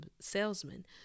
salesman